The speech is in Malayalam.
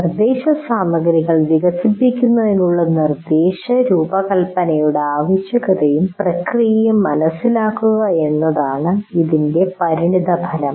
നിർദ്ദേശസാമഗ്രികൾ വികസിപ്പിക്കുന്നതിനുള്ള നിർദ്ദേശ രൂപകൽപ്പനയുടെ ആവശ്യകതയും പ്രക്രിയയും മനസിലാക്കുക എന്നതാണ് ഇതിൻറെ പരിണിതഫലം